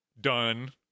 done